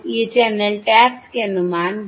ये channel taps के अनुमान हैं